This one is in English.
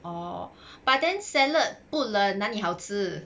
oh but then salad 不冷哪里好吃